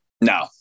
No